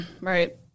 right